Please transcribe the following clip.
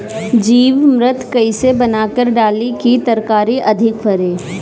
जीवमृत कईसे बनाकर डाली की तरकरी अधिक फरे?